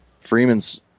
Freeman's